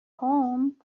home